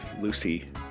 Lucy